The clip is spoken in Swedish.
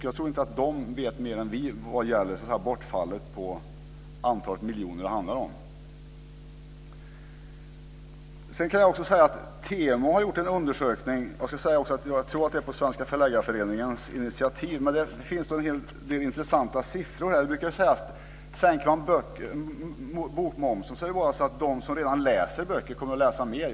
Jag tror inte att de vet mer än vi om hur många miljoner det handlar om i skattebortfall. TEMO har gjort en undersökning, jag tror att det var på Svenska Förläggareföreningens initiativ, där det finns en hel del intressanta siffror. Det brukar ju sägas att om man sänker bokmomsen är det bara de som redan läser böcker som kommer att läsa mer.